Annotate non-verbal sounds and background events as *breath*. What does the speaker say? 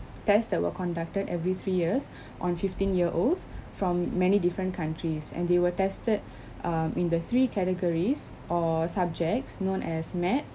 tests that were conducted every three years *breath* on fifteen year olds *breath* from many different countries and they were tested *breath* um in the three categories or subjects known as maths